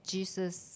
Jesus